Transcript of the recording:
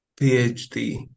PhD